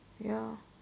ya